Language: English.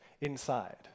inside